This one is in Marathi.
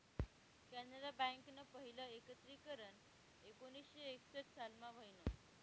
कॅनरा बँकनं पहिलं एकत्रीकरन एकोणीसशे एकसठ सालमा व्हयनं